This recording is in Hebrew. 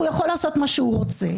הוא יכול לעשות מה שהוא רוצה.